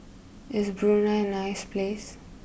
is Brunei a nice place